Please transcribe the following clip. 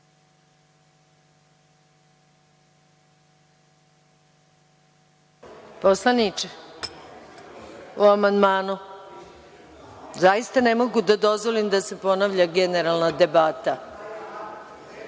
govoriti o amandmanu. Zaista ne mogud da dozvolim da se ponavlja generalna debata.